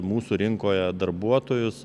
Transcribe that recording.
mūsų rinkoje darbuotojus